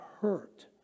hurt